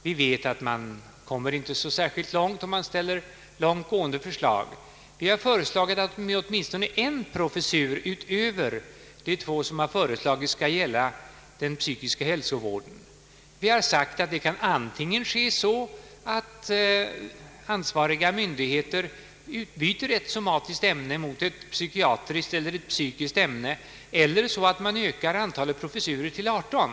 Vi vet att man inte kommer så särskilt långt med vittgående förslag. Därför har vi föreslagit att åtminstone en professur utöver de två som har föreslagits skall gälla den psykiska hälsovården. Det kan enligt vår mening antingen ske så att ansvariga myndigheter utbyter ett somatiskt ämne mot ett psykiatriskt eller psykiskt, eller så att man ökar antalet professurer till 18.